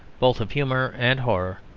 both of humour and horror,